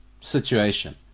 situation